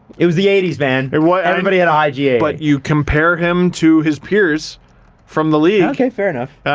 it was the eighty s, man, and everybody had a high ga. but you compare him to his peers from the league okay fair enough.